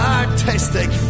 artistic